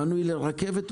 מנוי לרכבת,